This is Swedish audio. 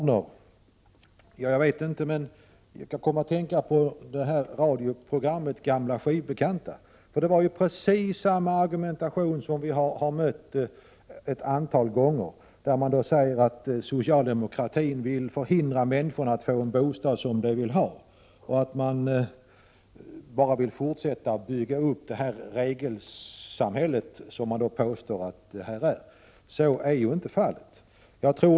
När jag hörde Ingela Gardner kom jag att tänka på radioprogrammet Gamla skivbekanta. Hon framförde precis samma argumentation som vi har mött ett antal gånger, nämligen att socialdemokraterna vill förhindra människor att få en bostad som de vill ha och bara vill fortsätta att bygga upp regelsamhället. Så är inte fallet.